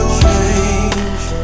change